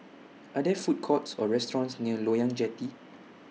Are There Food Courts Or restaurants near Loyang Jetty